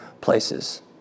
places